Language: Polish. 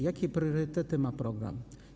Jakie priorytety ma ten program?